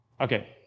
Okay